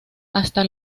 hasta